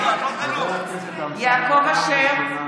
הכנסת) יעקב אשר,